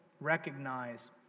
recognize